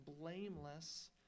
blameless